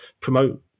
promote